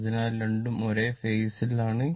അതിനാൽ രണ്ടും ഒരേ ഫേസ് ൽ ആണ്